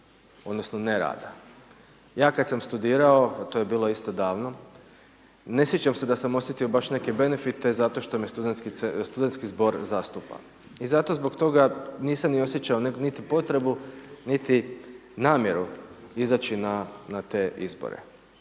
odnosno, ne rada. Ja kad sam studirao, a to je bilo isto davno, ne sjećam se da sam osjetio baš neke benefite zašto što me studentski zbor zastupa. I zato zbog toga nisam ni osjećao, niti potrebu niti namjeru, izaći na te izbore.